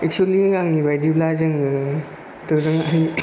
एकसुलि आंनि बायदिब्ला जोङो दोरोंहाय